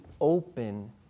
open